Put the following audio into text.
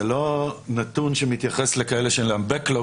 זה לא נתון שמתייחס לכאלה שהם backlog,